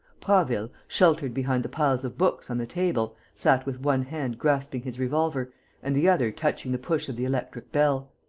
prasville, sheltered behind the piles of books on the table, sat with one hand grasping his revolver and the other touching the push of the electric bell.